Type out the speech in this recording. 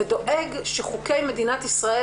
ודואג שחוקי מדינת ישראל,